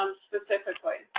um specifically.